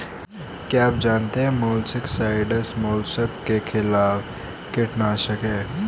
क्या आप जानते है मोलस्किसाइड्स मोलस्क के खिलाफ कीटनाशक हैं?